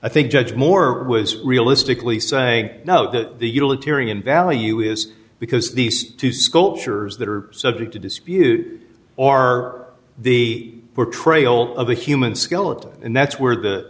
i think judge moore was realistically say note that the utilitarian value is because these two sculptures that are subject to dispute or the were trail of a human skeleton and that's where the